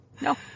no